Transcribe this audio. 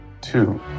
Two